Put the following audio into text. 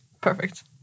Perfect